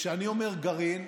כשאני אומר גרעין,